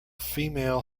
female